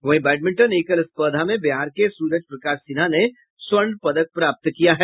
वहीं बैडमिंटन एकल स्पर्धा में बिहार के सूरज प्रकाश सिन्हा ने स्वर्ण पदक प्राप्त किया है